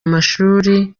amashuri